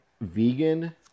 vegan